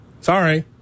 Sorry